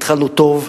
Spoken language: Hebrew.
התחלנו טוב,